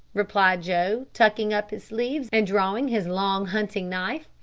replied joe, tucking up his sleeves and drawing his long hunting-knife.